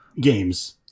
games